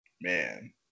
man